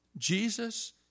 Jesus